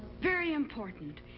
very important.